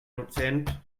dozent